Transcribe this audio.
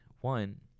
One